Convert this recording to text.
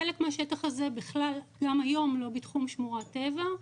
חלק מהשטח הזה גם היום לא בתחום שמורת טבע,